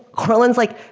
courtland is like,